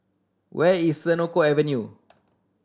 where is Senoko Avenue